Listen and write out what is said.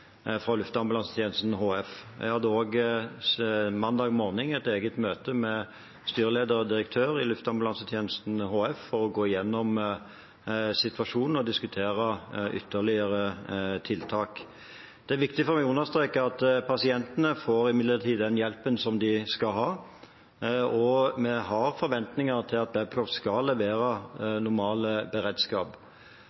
fra Luftambulansetjenesten HF. Jeg hadde mandag morgen et eget møte med styreleder og direktør i Luftambulansetjenesten HF for å gå gjennom situasjonen og diskutere ytterligere tiltak. Det er viktig for meg å understreke at pasientene imidlertid får den hjelpen som de skal ha, og vi har forventninger til at Babcock skal levere